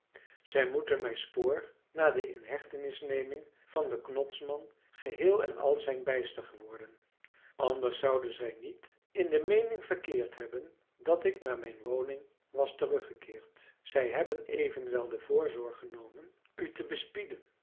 zij moeten mijn spoor na de inhechtenisneming van den knotsman geheel en al zijn bijster geworden anders zouden zij niet in de meening verkeerd hebben dat ik naar mijn woning was teruggekeerd zij hebben evenwel de voorzorg genomen u te bespieden